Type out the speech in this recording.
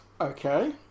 Okay